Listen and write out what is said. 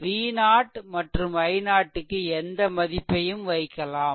V0 மற்றும் i0 க்கு எந்த மதிப்பையும் வைக்கலாம்